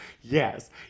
yes